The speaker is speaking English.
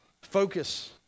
Focus